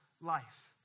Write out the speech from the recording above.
life